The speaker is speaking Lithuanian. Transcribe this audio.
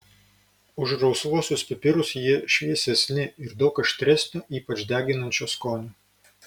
už rausvuosius pipirus jie šviesesni ir daug aštresnio ypač deginančio skonio